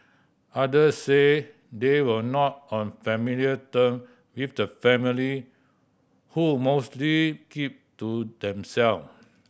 others said they were not on familiar term with the family who mostly kept to themself